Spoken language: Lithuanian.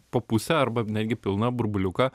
po pusę arba netgi pilna burbuliuką